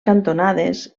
cantonades